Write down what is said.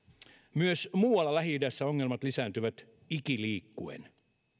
myös muualla lähi idässä ongelmat lisääntyvät ikiliikkuen